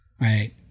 right